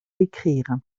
l’écrire